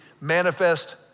manifest